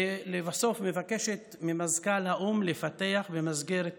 ולבסוף מבקשת ממזכ"ל האו"ם לפתח את